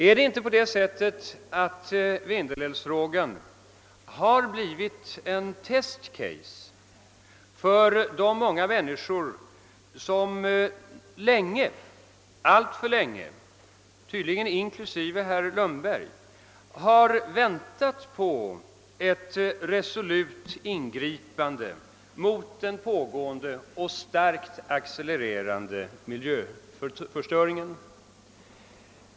Är det inte på det sättet att Vindelälvsfrågan har blivit en test case för de många människor — inklusive herr Lundberg — som alltför länge väntat på ett resolut ingripande mot den pågående och starkt accelererande miljöförstöringen?